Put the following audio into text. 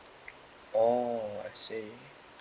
oh I see